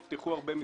נפתחו הרבה מסגרות.